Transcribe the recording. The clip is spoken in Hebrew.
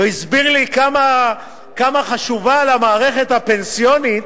הוא הסביר לי כמה חשובה למערכת הפנסיונית,